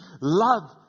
love